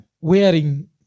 wearing